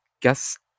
Guess